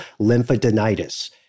lymphadenitis